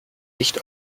nicht